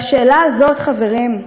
והשאלה הזאת, חברים,